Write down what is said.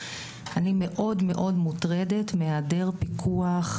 אני מאוד מאוד מוטרדת מהעדר פיקוח,